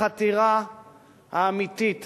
החתירה האמיתית